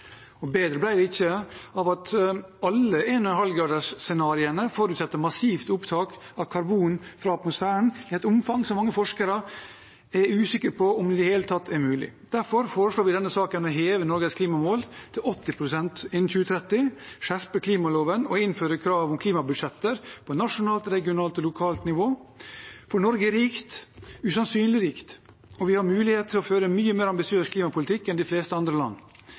Bedre ble det ikke av at alle 1,5-gradersscenarioene forutsetter massivt opptak av karbon fra atmosfæren i et omfang som mange forskere er usikre på om i det hele tatt er mulig. Derfor foreslår vi i denne saken å heve Norges klimamål til 80 pst. innen 2030, skjerpe klimaloven og innføre krav om klimabudsjetter på nasjonalt, regionalt og lokalt nivå. For Norge er rikt, usannsynlig rikt, og vi har mulighet til å føre en mye mer ambisiøs klimapolitikk enn de fleste andre land.